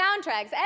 soundtracks